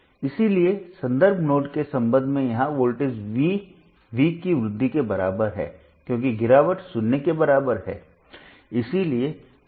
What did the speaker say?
इसलिए संदर्भ नोड के संबंध में यहां वोल्टेज वी वी की वृद्धि के बराबर है क्योंकि गिरावट 0 के बराबर है